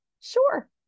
sure